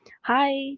hi